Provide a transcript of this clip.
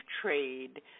trade